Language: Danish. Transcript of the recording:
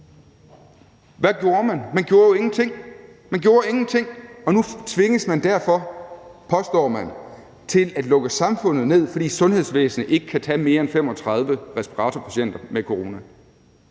Hvad gjorde man? Man gjorde ingenting, man gjorde ingenting, og nu tvinges man derfor, påstår man, til at lukke samfundet ned, fordi sundhedsvæsenet ikke kan tage mere end 35 respiratorpatienter med corona.